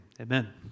amen